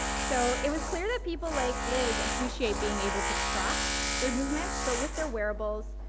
so it was clear that people like liz appreciate being able to track their movements, but with their wearables,